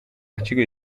artigo